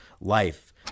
life